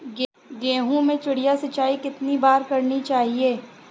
गेहूँ में चिड़िया सिंचाई कितनी बार करनी चाहिए?